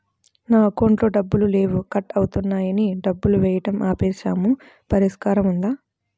నా అకౌంట్లో డబ్బులు లేవు కట్ అవుతున్నాయని డబ్బులు వేయటం ఆపేసాము పరిష్కారం ఉందా?